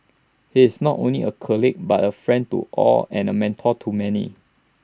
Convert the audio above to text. he is not only A colleague but A friend to all and A mentor to many